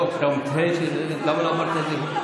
לא, כשאתה מציין שזה הדבר המרכזי.